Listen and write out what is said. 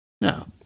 No